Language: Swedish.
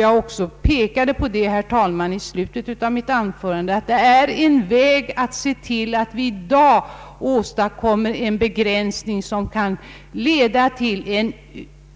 I slutet av mitt förra anförande pekade jag på en väg som finns att gå, nämligen att få till stånd en